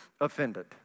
offended